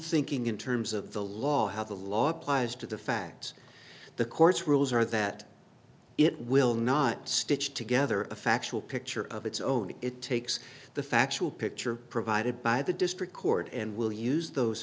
thinking in terms of the law how the law applies to the facts the courts rules are that it will not stitch together a factual picture of its own it takes the factual picture provided by the district court and will use those